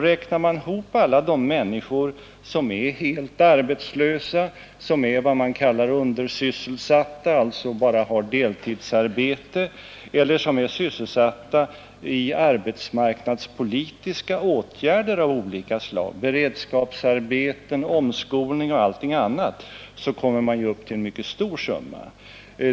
Räknar man ihop alla de människor som är helt arbetslösa, som är vad man kallar undersysselsatta, dvs. bara har deltidsarbete, eller som är sysselsatta i arbetsmarknadspolitiska åtgärder av olika slag — beredskapsarbeten, omskolning och allting annat — kommer man upp till en mycket stor summa.